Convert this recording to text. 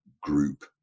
group